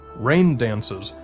rain dances,